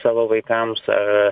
savo vaikams ar